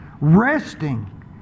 Resting